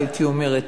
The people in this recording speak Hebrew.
הייתי אומרת,